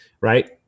right